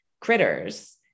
critters